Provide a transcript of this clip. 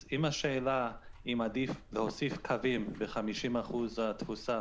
אז אם השאלה אם עדיף להוסיף קווים ב-50% תפוסה